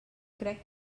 crec